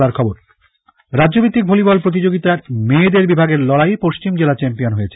volleyball রাজ্যভিত্তিক volleyball প্রতিযোগিতার মেয়েদের বিভাগের লড়াই এ পশ্চিম জেলা চ্যাম্পিয়ন হয়েছে